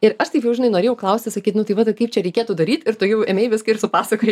ir aš taip jau žinai norėjau klausti sakyt nu tai va tai kaip čia reikėtų daryt ir tu jau ėmei viską ir supasakojai